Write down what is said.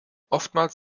oftmals